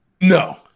No